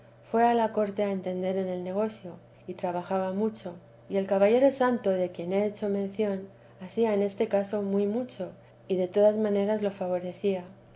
a la corte a entender en el negocio y trabajaba mucho y el caballero santo de quien he hecho mención hacía en este caso muy mucho y de todas maneras lo favorecía